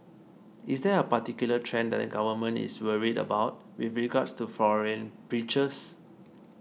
is there a particular trend that the Government is worried about with regards to foreign preachers